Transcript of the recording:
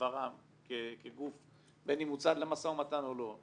ור"מ כגוף, בין אם הוא צד למשא ומתן או לא,